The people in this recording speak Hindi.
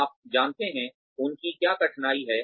आप जानते हैं उनकी क्या कठिनाई हैं